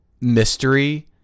mystery